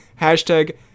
Hashtag